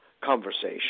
conversation